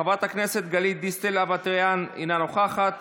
חברת הכנסת גלית דיסטל אטבריאן, אינה נוכחת,